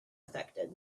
affected